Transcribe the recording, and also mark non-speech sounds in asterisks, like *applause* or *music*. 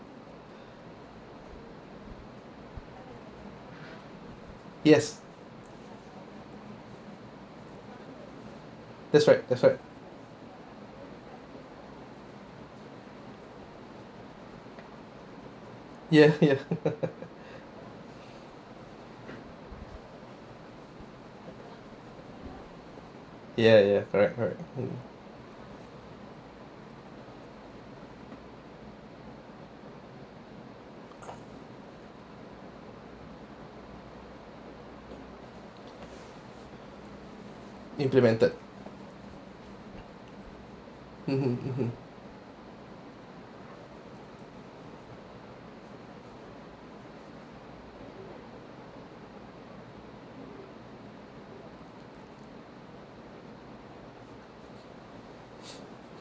yes that's right that's right ya ya *laughs* ya ya correct correct hmm implemented mmhmm mmhmm